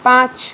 পাঁচ